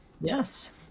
Yes